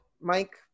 mike